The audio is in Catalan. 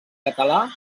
català